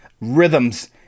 rhythms